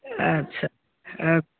ଆଚ୍ଛା